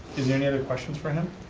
is there any other questions for him?